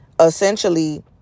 Essentially